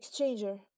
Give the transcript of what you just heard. exchanger